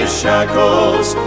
shackles